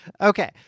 okay